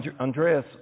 Andreas